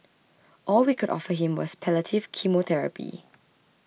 all we could offer him was palliative chemotherapy